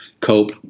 cope